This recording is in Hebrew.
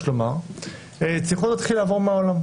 יש לומר צריכות להתחיל לעבור מהעולם.